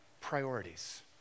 priorities